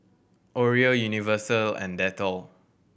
Oreo Universal and Dettol